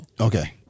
Okay